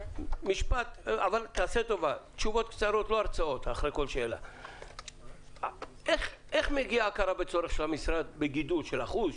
תשובה קצרה: איך מגיעה ההכרה של המשרד בגידול של אחוז,